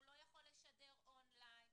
הוא לא יכול לשדר on line,